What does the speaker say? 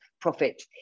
profit